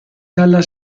dalla